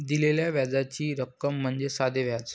दिलेल्या व्याजाची रक्कम म्हणजे साधे व्याज